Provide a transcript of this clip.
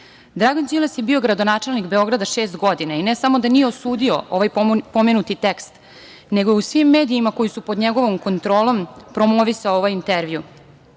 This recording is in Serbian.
lidera. Dragan Đilas je bio gradonačelnik Beograda šest godina, i ne samo da nije osudio ovaj pomenuti tekst, nego u svim medijima koji su pod njegovom kontrolom promovisao je ovaj intervju. Dok